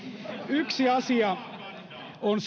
yksi asia on